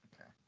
Okay